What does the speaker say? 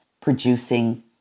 producing